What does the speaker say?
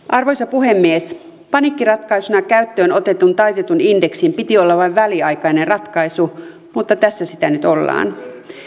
arvoisa puhemies paniikkiratkaisuna käyttöön otetun taitetun indeksin piti olla vain väliaikainen ratkaisu mutta tässä sitä nyt ollaan